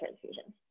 transfusion